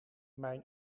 mijn